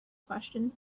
question